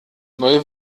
neue